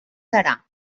serà